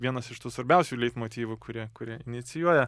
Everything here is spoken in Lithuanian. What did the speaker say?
vienas iš tų svarbiausių leitmotyvų kurie kurie inicijuoja